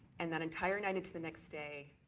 and that entire night into the next day,